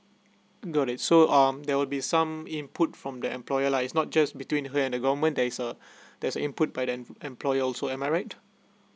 got it so um there will be some input from the employer lah is not just between her and the government there is uh there's input by the employer also am I right